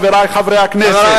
חברי חברי הכנסת,